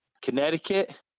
Connecticut